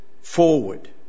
forward